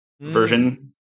version